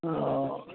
हँ